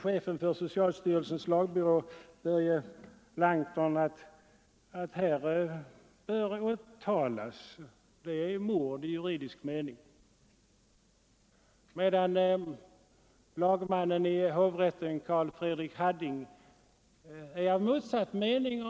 Chefen för socialstyrelsens lagbyrå Börje Langton menade att detta bör åtalas, eftersom det är mord i juridisk mening, medan lagmannen i hovrätten Carl Fredrik Hadding är av motsatt mening.